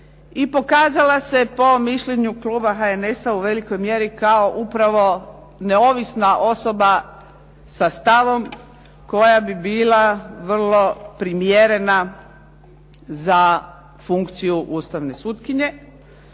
i pokazala se po mišljenju kluba HNS-a u velikoj mjeri kao upravo neovisna osoba sa stavom koja bi bila vrlo primjerena za funkciju ustavne sutkinje.